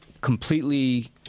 completely